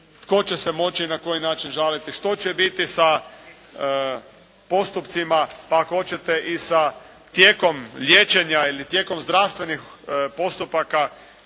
tko će se moć i na koji način žaliti što će biti sa postupcima, pa ako hoćete i sa tijekom liječenja ili tijekom zdravstvenih postupaka